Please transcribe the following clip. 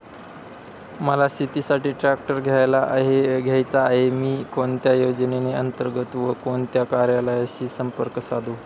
मला शेतीसाठी ट्रॅक्टर घ्यायचा आहे, मी कोणत्या योजने अंतर्गत व कोणत्या कार्यालयाशी संपर्क साधू?